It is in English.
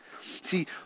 See